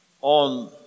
on